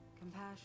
compassion